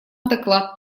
доклад